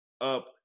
up